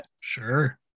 Sure